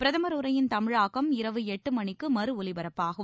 பிரதமர் உரையின் தமிழாக்கம் இரவு எட்டு மணிக்கு மறு ஒலிபரப்பாகும்